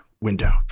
window